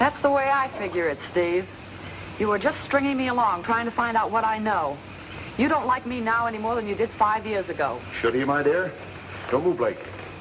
that's the way i figure it stays you were just stringing me along trying to find out what i know you don't like me now any more than you did five years ago